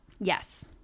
yes